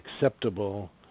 acceptable